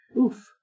Oof